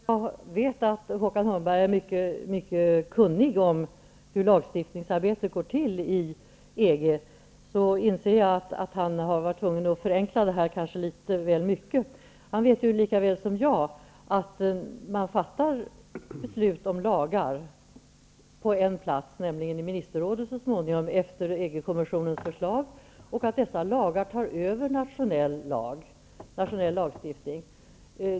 Herr talman! Jag vet att Håkan Holmberg har mycket goda kunskaper om hur lagstiftningsarbetet i EG går till, och jag inser därför att han varit tvungen att kanske litet väl mycket förenkla det hela. Han vet lika väl som jag att man fattar beslut om lagar i ministerrådet på EG-kommissionens förslag och att dessa lagar tar över nationell lagstiftning.